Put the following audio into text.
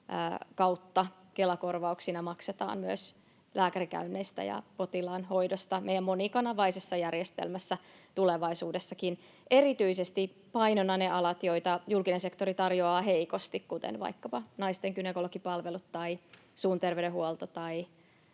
kautta Kela-korvauksina maksetaan myös lääkärikäynneistä ja potilaan hoidosta meidän monikanavaisessa järjestelmässä tulevaisuudessakin — erityisesti painottaen niitä aloja, joita julkinen sektori tarjoaa heikosti, kuten vaikkapa naisten gynekologipalvelut tai suun terveydenhuolto tai